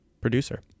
producer